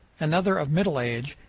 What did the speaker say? another of middle age,